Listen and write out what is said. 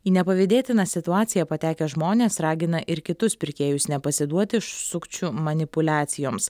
į nepavydėtiną situaciją patekę žmonės ragina ir kitus pirkėjus nepasiduoti sukčių manipuliacijoms